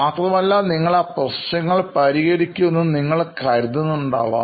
മാത്രമല്ല നിങ്ങൾ ആ പ്രശ്നങ്ങൾ പരിഹരിക്കുന്നു എന്ന് നിങ്ങൾ കരുതുന്നുണ്ടാവാം